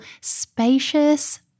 spacious